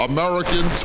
American